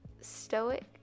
stoic